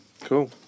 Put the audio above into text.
Cool